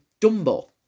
Dumbo